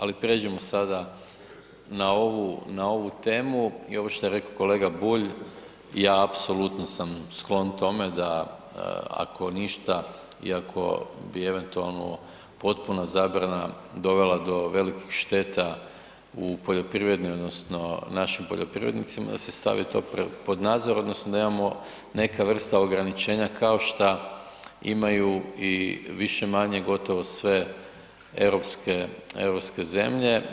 Ali pređimo sada na ovu, na ovu temu i ovo što je reko kolega Bulj ja apsolutno sam sklon tome da ako ništa i ako bi eventualno potpuna zabrana dovela do velikih šteta u poljoprivredi odnosno našim poljoprivrednicima da se stavi to pod nadzor odnosno da imamo neka vrsta ograničenja kao šta imaju i više-manje gotovo sve europske, europske zemlje.